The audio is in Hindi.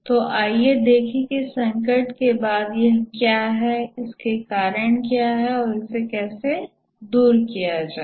तो आइए देखें कि संकट के बाद यह क्या है इसके कारण क्या हैं और इसे कैसे दूर किया जाए